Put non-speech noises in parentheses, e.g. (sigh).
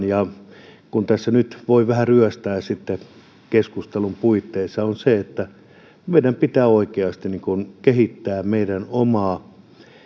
(unintelligible) ja kun tässä nyt voi vähän ryöstää keskustelun puitteissa meidän pitää oikeasti kehittää meidän omaa